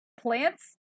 plants